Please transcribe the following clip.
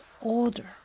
order